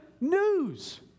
news